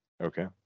Okay